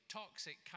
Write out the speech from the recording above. toxic